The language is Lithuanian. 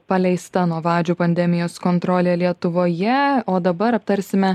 paleista nuo vadžių pandemijos kontrolė lietuvoje o dabar aptarsime